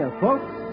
folks